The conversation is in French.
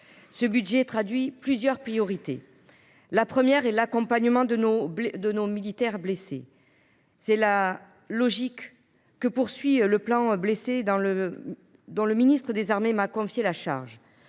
Ce budget traduit plusieurs priorités. La première est l’accompagnement de nos militaires blessés. C’est la logique visée dans le cadre du plan Blessés, dont le ministre des armées m’a confié la charge.